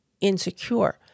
insecure